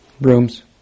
Brooms